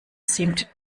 seemed